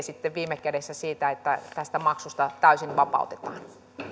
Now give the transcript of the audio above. sitten viime kädessä tekee tämän harkinnan siitä että tästä maksusta täysin vapautetaan